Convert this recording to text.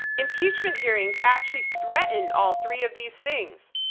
impeachment hearings actually threaten all three of these things.